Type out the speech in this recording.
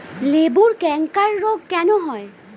লেবুর ক্যাংকার রোগ কেন হয়?